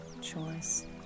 choice